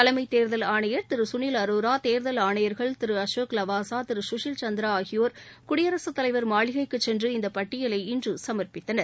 தலைமைத் தேர்தல் ஆணையர் திரு குனில் அரோரா தேர்தல் ஆணையர்கள் திரு அசோக் லவாசா திரு கவில் சந்திரா ஆகியோர் குடியரகத் தலைவர் மாளிகைக்கு சென்று இந்த பட்டியலை இன்று சமர்ப்பித்தனர்